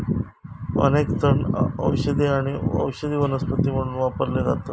अनेक तण औषधी आणि औषधी वनस्पती म्हणून वापरले जातत